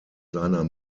seiner